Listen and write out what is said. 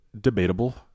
debatable